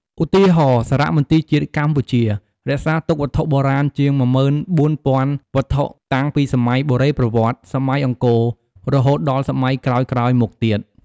ឧទាហរណ៍ សារមន្ទីរជាតិកម្ពុជា រក្សាទុកវត្ថុបុរាណជាង ១៤,០០០ វត្ថុ តាំងពីសម័យបុរេប្រវត្តិ សម័យអង្គរ រហូតដល់សម័យក្រោយៗមកទៀត។